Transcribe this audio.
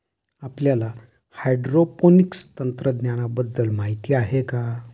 आपल्याला हायड्रोपोनिक्स तंत्रज्ञानाबद्दल माहिती आहे का?